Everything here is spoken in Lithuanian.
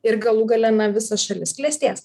ir galų gale na visa šalis klestės